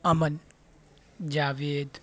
امن جاوید